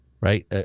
right